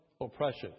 oppression